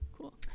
Cool